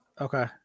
Okay